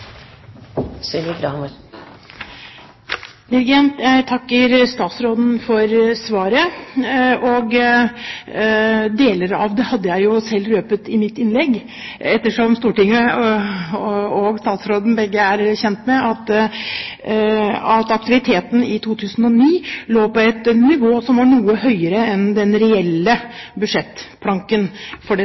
næringslivsforskning AS. Jeg takker statsråden for svaret, og deler av det hadde jeg jo selv røpet i mitt innlegg, ettersom både Stortinget og statsråden er kjent med at aktiviteten i 2009 lå på et nivå som var noe høyere enn den reelle budsjettplanken for det